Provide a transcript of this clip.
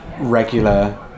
regular